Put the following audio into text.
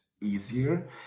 easier